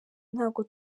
ntabwo